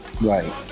right